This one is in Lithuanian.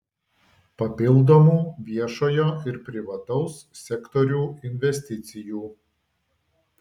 papildomų viešojo ir privataus sektorių investicijų